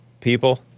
people